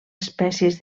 espècies